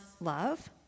love